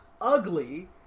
ugly